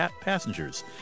passengers